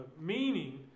meaning